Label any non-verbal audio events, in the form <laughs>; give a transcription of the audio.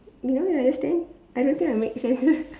you know you understand I don't think I make sense <laughs>